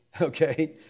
Okay